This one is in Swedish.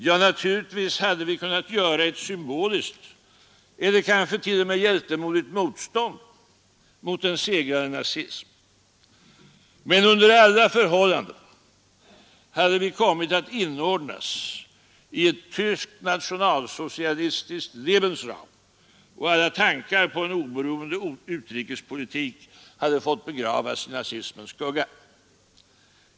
Ja, naturligtvis hade vi kunnat göra ett symboliskt eller kanske t.o.m. hjältemodigt motstånd mot en segrande nazism. Men under alla förhållanden hade vi kommit att inordnas i ett tyskt nationalsocialistiskt Lebensraum, och alla tankar på en oberoende utrikespolitik hade fått begravas i nazismens skugga.